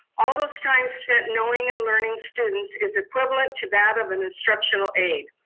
all those times spent knowing and learning students is equivalent to that of an instructional aid.